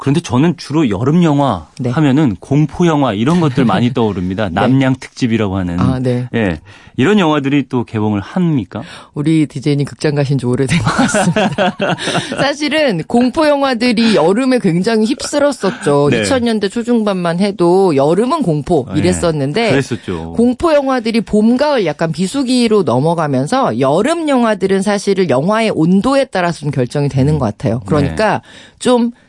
그런데 저는 주로 여름 영화 네. 하면은 공포 영화 이런 것들 많이 떠오릅니다. 네. 남양특집이라고 하는. 아, 네. 예. 이런 영화들이 또 개봉을 합니까? 우리 DJ님 극장 가신 지 오래된 것 같습니다. 사실은 공포 영화들이 여름에 굉장히 휩쓸었었죠. 네. 2000년대 초중반만 해도 여름은 공포 아, 예. 이랬었는데 그랬었죠. 공포 영화들이 봄, 가을 약간 비수기로 넘어가면서 여름 영화들은 사실은 영화의 온도에 따라서 좀 결정이 되는 음. 것 같아요. 그러니까 네. 좀